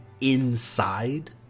inside